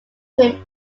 him